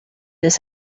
this